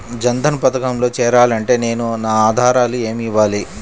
జన్ధన్ పథకంలో చేరాలి అంటే నేను నా ఆధారాలు ఏమి ఇవ్వాలి?